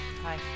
Hi